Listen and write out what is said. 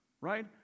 right